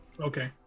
Okay